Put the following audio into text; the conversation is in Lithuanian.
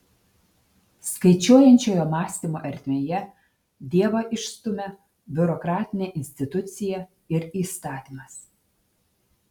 skaičiuojančiojo mąstymo ertmėje dievą išstumia biurokratinė institucija ir įstatymas